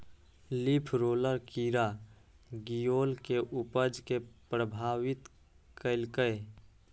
leaf roller कीड़ा गिलोय के उपज कें प्रभावित केलकैए